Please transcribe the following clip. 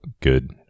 good